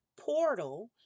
portal